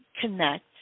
connect